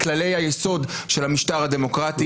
את כללי היסוד של המשטר הדמוקרטי.